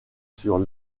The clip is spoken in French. sur